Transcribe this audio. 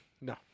No